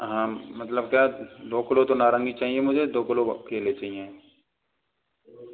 हाँ मतलब क्या दो किलो तो नारंगी चाहिए मुझे दो किलो केले चाहिए